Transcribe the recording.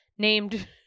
Named